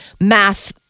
math